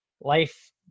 life